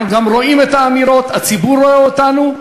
אנחנו גם רואים את האמירות, הציבור רואה אותנו,